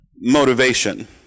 motivation